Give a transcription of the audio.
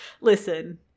Listen